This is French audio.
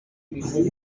babochet